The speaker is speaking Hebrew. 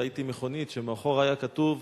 ראיתי מכונית שמאחורה היה כתוב: